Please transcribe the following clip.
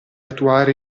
attuare